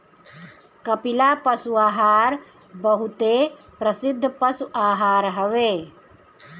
कपिला पशु आहार बहुते प्रसिद्ध पशु आहार हवे